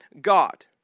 God